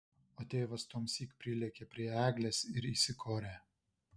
o tėvas tuomsyk prilėkė prie eglės ir įsikorė